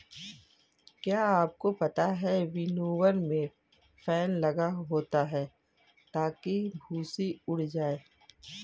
क्या आपको पता है विनोवर में फैन लगा होता है ताकि भूंसी उड़ जाए?